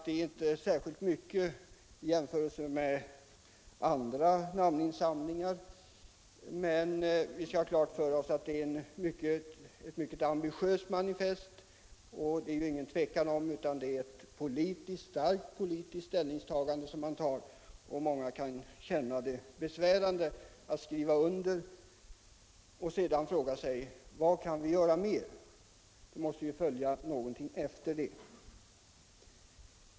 Det är inte särskilt mycket i jämförelse med andra namninsamlingar, men vi skall ha klart för oss att det är ett mycket ambitiöst manifest. Det råder ingen tvekan om att det innebär ett starkt politiskt ställningstagande. Många kan känna det besvärande att skriva under ett sådant och frågar sig: Vad kan vi göra mer? Någonting måste ju följa därefter.